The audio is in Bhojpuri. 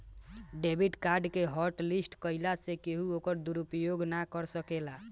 डेबिट कार्ड के हॉटलिस्ट कईला से केहू ओकर दुरूपयोग ना कर सकेला